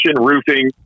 roofing